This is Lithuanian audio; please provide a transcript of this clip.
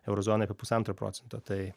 euro zonoj apie pusantro procento tai